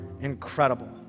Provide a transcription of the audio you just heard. incredible